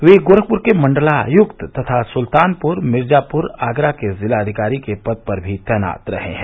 वे गोरखपुर के मण्डलायुक्त तथा सुल्तानपुर मिर्जापुर आगरा के जिलाधिकारी के पद पर भी तैनात रहे हैं